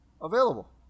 Available